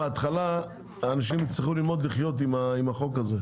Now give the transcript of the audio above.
בהתחלה האנשים יצטרכו ללמוד לחיות עם החוק הזה.